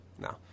no